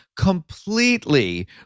completely